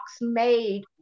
made